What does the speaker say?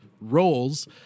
roles